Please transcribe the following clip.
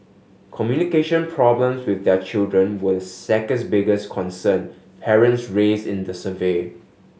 communication problems with their children were the second biggest concern parents raise in the survey